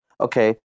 Okay